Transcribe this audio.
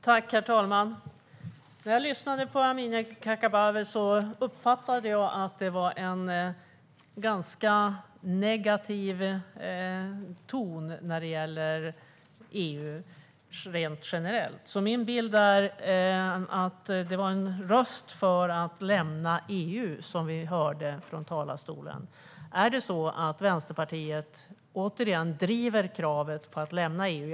Herr talman! När jag lyssnade på Amineh Kakabaveh uppfattade jag att det var en ganska negativ ton när det gäller EU rent generellt. Min bild är att det var en röst för att lämna EU som vi hörde från talarstolen. Är det så att Vänsterpartiet återigen driver kravet på att lämna EU?